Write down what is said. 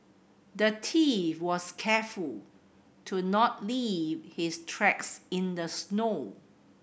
the thief was careful to not leave his tracks in the snow